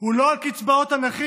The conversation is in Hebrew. הוא לא על קצבאות הנכים,